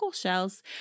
shells